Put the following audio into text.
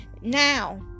now